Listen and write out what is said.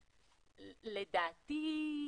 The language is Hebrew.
לדעתי,